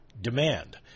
demand